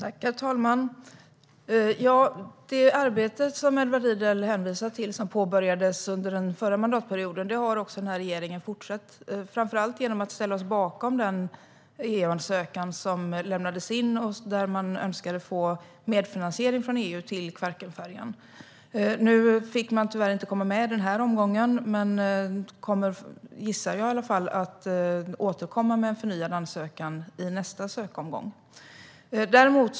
Herr talman! Det arbete som Edward Riedl hänvisar till och som påbörjades under den förra mandatperioden har regeringen fortsatt, framför allt genom att ställa sig bakom den EU-ansökan som lämnades in och där man önskade få medfinansiering från EU till Kvarkenfärjan. Nu fick man tyvärr inte komma med i den här omgången, men jag gissar att man kommer att återkomma med en förnyad ansökan i nästa sökomgång.